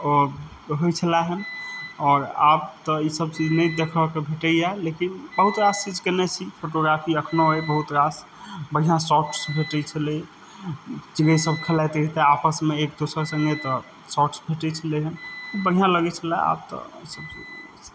होइ छल हेँ आओर आब तऽ ई सभ चीज नहि देखऽके भेटैया लेकिन बहुत रास चीज केने छी फोटोग्राफी अखनो अछि बहुत रास बढ़िऑं शॉर्ट्स भेटै छलै जगह सभ खेलाइत रहतै आपसमे एक दोसर सङ्गे तऽ शॉर्ट्स भेटै छलै हेँ बढ़िऑं लगै छलए आब तऽ